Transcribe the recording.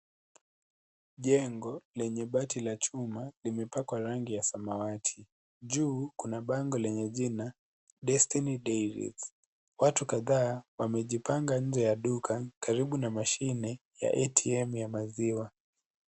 Jengo lenye bati la chuma limepakwa rangi ya samawati. Juu kuna bango lenye jina Destiny Dairies. Watu kadhaa wamejipanga nje ya duka karibu na mashine ya ATM ya maziwa.